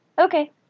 okay